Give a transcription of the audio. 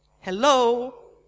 Hello